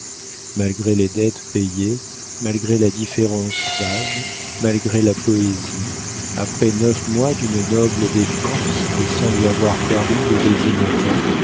malgré les dettes payées malgré la différence d'âge malgré la poésie après neuf mois d'une noble défense et sans lui avoir permis de baiser ma main